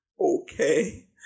okay